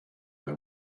they